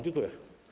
Dziękuję.